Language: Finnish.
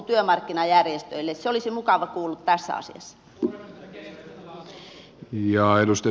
se olisi mukava kuulla tässä asiassa